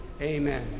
Amen